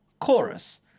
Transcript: chorus